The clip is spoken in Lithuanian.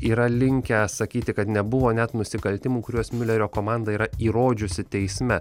yra linkę sakyti kad nebuvo net nusikaltimų kuriuos miulerio komanda yra įrodžiusi teisme